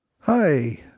Hi